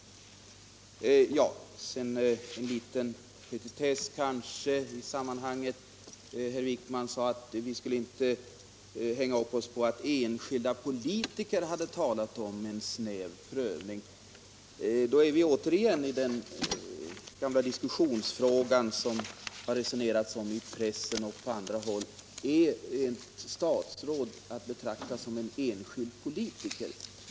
Sedan något som kanske är en petitess i sammanhanget. Herr Wijkman sade att vi inte skulle hänga upp oss på att enskilda politiker hade talat om en snäv prövning. Då är vi återigen inne på den gamla diskussionsfrågan, som det resonerats om i pressen och på andra håll: Är ett statsråd att betrakta som en enskild politiker?